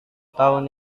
tahun